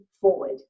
forward